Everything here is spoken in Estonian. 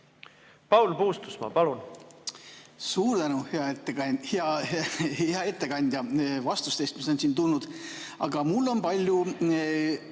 Paul Puustusmaa, palun! Suur tänu, hea ettekandja, vastuste eest, mis on siin kõlanud! Aga mul on palju